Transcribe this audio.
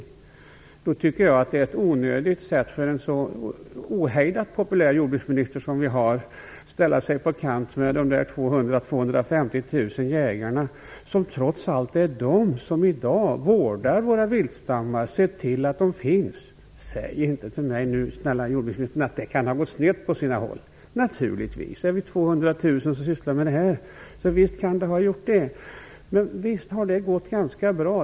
Jag tycker att det är onödigt för jordbruksministern, så ohejdat populär som hon är, att ställa sig på kant de 200 000-250 000 jägarna. Det är trots allt dessa som i dag vårdar våra viltstammar och ser till att de finns. Säg inte till mig nu att det kan ha gått snett på sina håll! Naturligtvis kan det ha gjort det med tanke på att det är 250 000 som sysslar med detta. Men visst har det gått ganska bra.